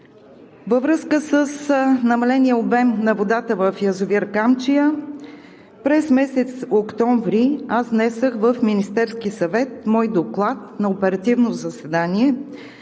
Във връзка с намаления обем на водата в язовир „Камчия“ през месец октомври аз внесох в Министерския съвет мой доклад на оперативно заседание,